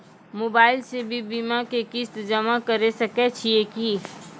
Mobile से भी बीमा के किस्त जमा करै सकैय छियै कि?